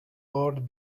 lord